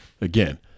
again